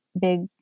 big